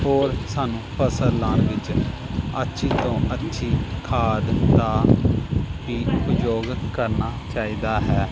ਹੋਰ ਸਾਨੂੰ ਫਸਲ ਲਾਉਣ ਵਿੱਚ ਅੱਛੀ ਤੋਂ ਅੱਛੀ ਖਾਦ ਦਾ ਵੀ ਉਪਯੋਗ ਕਰਨਾ ਚਾਹੀਦਾ ਹੈ